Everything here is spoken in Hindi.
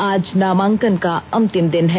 आज नामांकन का अंतिम दिन है